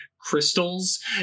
crystals